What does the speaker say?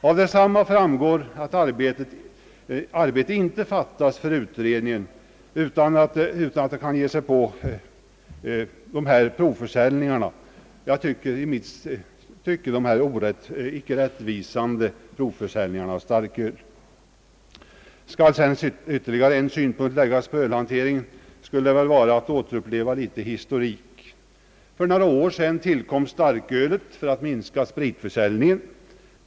Av det sagda framgår att arbete inte fattas för utredningen utan att ge sig på de föreslagna — i mitt tycke icke rättvisande — provförsäljningarna av starköl. Skall sedan ytterligare en synpunkt läggas på ölhanteringen skulle det väl vara att återuppliva litet historik. För några år sedan tillkom starkölet för att minska spritförsäljningen.